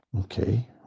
okay